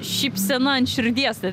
šypsena ant širdies ir